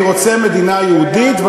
אתה רוצה מדינה יהודית, זה לא יעבוד.